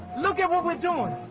look at what we're doing.